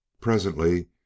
Presently